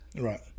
Right